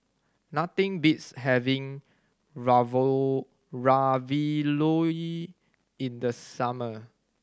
nothing beats having Ravioli in the summer